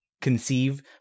conceive